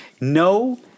No